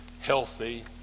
healthy